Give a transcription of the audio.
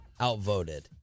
Outvoted